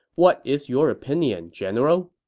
what is your opinion, general?